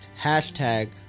Hashtag